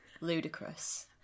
Ludicrous